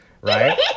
right